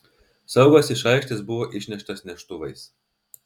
saugas iš aikštės buvo išneštas neštuvais